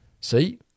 See